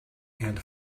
and